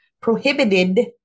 prohibited